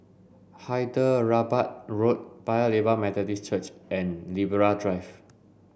Hyderabad Road Paya Lebar Methodist Church and Libra Drive